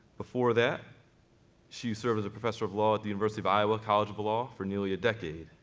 before that she served as a professor of law at the university of iowa college of law for nearly a decade,